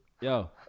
Yo